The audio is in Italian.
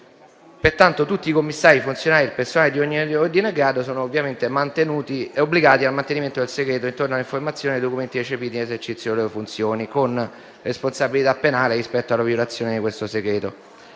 Pertanto, tutti i commissari, i funzionari e il personale di ogni ordine e grado sono ovviamente obbligati al mantenimento del segreto intorno alle informazioni e ai documenti recepiti nell'esercizio delle loro funzioni, con responsabilità penale rispetto alla violazione del segreto